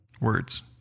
Words